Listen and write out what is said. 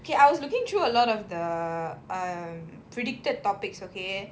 okay I was looking through a lot of the uh predicted topics okay